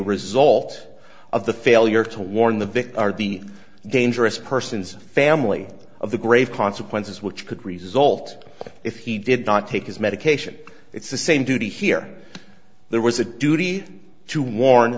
result of the failure to warn the victim the gain jurist person's family of the grave consequences which could result if he did not take his medication it's the same duty here there was a duty to warn